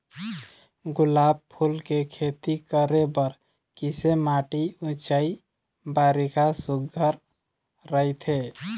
गुलाब फूल के खेती करे बर किसे माटी ऊंचाई बारिखा सुघ्घर राइथे?